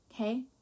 okay